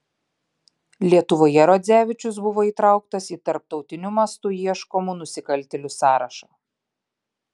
lietuvoje rodzevičius buvo įtrauktas į tarptautiniu mastu ieškomų nusikaltėlių sąrašą